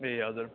ए हजुर